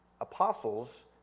apostles